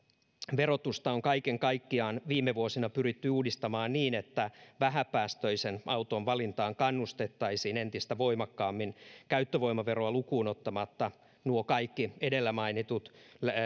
verotusta on kaiken kaikkiaan viime vuosina pyritty uudistamaan niin että vähäpäästöisen auton valintaan kannustettaisiin entistä voimakkaammin käyttövoimaveroa lukuun ottamatta nuo kaikki edellä mainitut